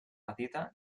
petita